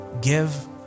give